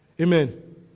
Amen